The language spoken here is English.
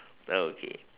oh okay